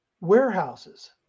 warehouses